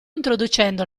introducendo